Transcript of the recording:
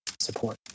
support